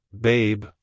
babe